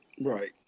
right